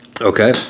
okay